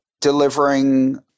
delivering